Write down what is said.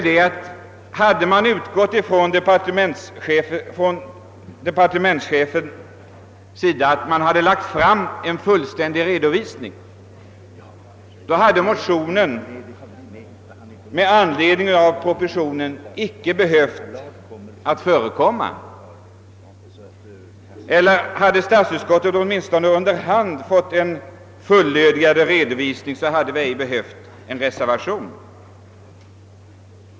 Om departementschefen hade lagt fram en fullständig redovisning, hade motionen med anledning av propositionen icke behövt väckas, och om statsutskottet åtminstone under hand fått en fulllödigare redovisning hade vi ej behövt avge reservation.